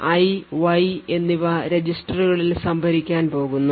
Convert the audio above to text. i y എന്നിവ രജിസ്റ്ററുകളിൽ സംഭരിക്കാൻ പോകുന്നു